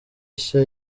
nshya